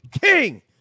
King